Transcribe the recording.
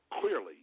clearly